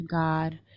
god